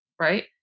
right